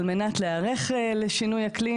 על מנת להיערך לשינוי אקלים.